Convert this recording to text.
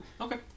Okay